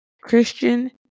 Christian